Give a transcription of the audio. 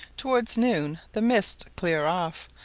towards noon the mists cleared off,